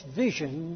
vision